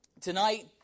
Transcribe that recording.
tonight